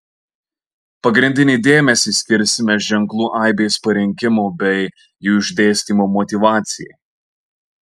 pagrindinį dėmesį skirsime ženklų aibės parinkimo bei jų išdėstymo motyvacijai